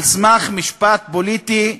על סמך משפט פוליטי,